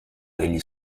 dei